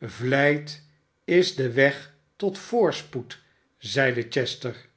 vlijt is de weg tot voorspoed zeide chester